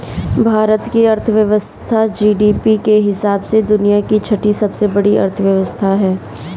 भारत की अर्थव्यवस्था जी.डी.पी के हिसाब से दुनिया की छठी सबसे बड़ी अर्थव्यवस्था है